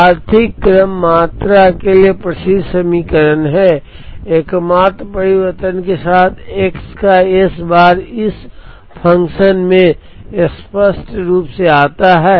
यह आर्थिक क्रम मात्रा के लिए प्रसिद्ध समीकरण है एकमात्र परिवर्तन के साथ X का S बार इस फ़ंक्शन में स्पष्ट रूप से आता है